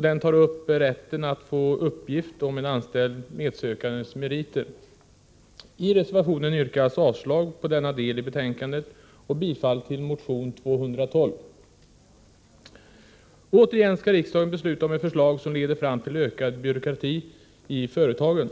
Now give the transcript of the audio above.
Den behandlar rätten att få uppgift om en anställd medsökandes meriter. I reservationen yrkar jag avslag på denna del i betänkandet och bifall till motion 212. Återigen skall riksdagen besluta om ett förslag som leder till ökad byråkrati i företagen.